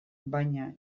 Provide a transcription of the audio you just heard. baina